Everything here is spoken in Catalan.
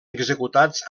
executats